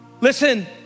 listen